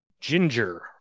Ginger